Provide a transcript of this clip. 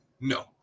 No